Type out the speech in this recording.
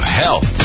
health